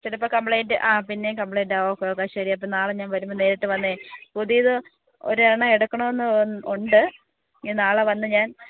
ചിലപ്പോൾ കംപ്ലെയിൻ്റ് ആ പിന്നെയും കംപ്ലെയിൻ്റ് ആകും ഓക്കെ ഓക്കെ ശരി അപ്പം നാളെ ഞാൻ വരുമ്പോൾ നേരിട്ട് വന്നേ പുതിയത് ഒരെണ്ണം എടുക്കണമെന്ന് ഉണ്ട് ഇനി നാളെ വന്നു ഞാൻ